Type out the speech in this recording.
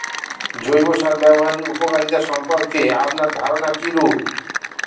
জৈব সার ব্যাবহারের উপকারিতা সম্পর্কে আপনার ধারনা কীরূপ?